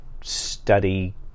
study